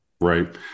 right